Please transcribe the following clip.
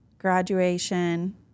graduation